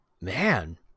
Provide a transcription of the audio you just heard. Man